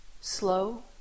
Slow